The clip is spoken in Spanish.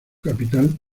capital